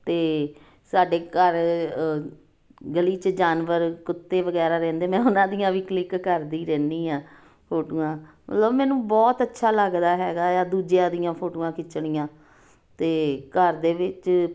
ਅਤੇ ਸਾਡੇ ਘਰ ਗਲੀ 'ਚ ਜਾਨਵਰ ਕੁੱਤੇ ਵਗੈਰਾ ਰਹਿੰਦੇ ਮੈਂ ਉਹਨਾਂ ਦੀਆਂ ਵੀ ਕਲਿੱਕ ਕਰਦੀ ਰਹਿੰਦੀ ਹਾਂ ਫੋਟੋਆਂ ਮਤਲਬ ਮੈਨੂੰ ਬਹੁਤ ਅੱਛਾ ਲੱਗਦਾ ਹੈਗਾ ਆ ਦੂਜਿਆਂ ਦੀਆਂ ਫੋਟੋਆਂ ਖਿੱਚਣੀਆਂ ਅਤੇ ਘਰ ਦੇ ਵਿੱਚ